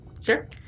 Sure